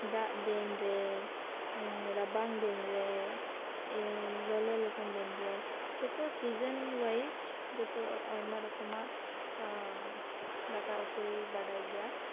ᱫᱟᱜ ᱫᱤᱱᱨᱮ ᱨᱟᱵᱟᱝ ᱫᱤᱱᱨᱮ ᱞᱚᱞᱚ ᱞᱮᱠᱟᱱ ᱫᱤᱱᱨᱮ ᱡᱚᱛ ᱥᱤᱡᱮᱱ ᱳᱣᱟᱭᱤᱡ ᱡᱚᱛᱚ ᱟᱭᱢᱟ ᱨᱚᱠᱚᱢᱟᱜ ᱫᱟᱠᱟ ᱩᱛᱩᱭ ᱵᱟᱰᱟᱭ ᱜᱮᱭᱟ